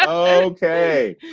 ok.